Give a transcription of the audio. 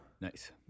Nice